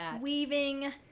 Weaving